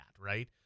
right